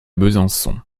besançon